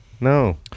No